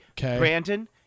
Brandon